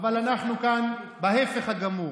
אבל אנחנו כאן בהפך הגמור.